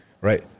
Right